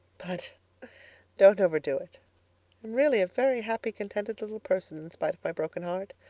but don't overdo it. i'm really a very happy, contented little person in spite of my broken heart.